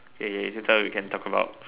okay okay next time we can talk about